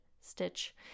stitch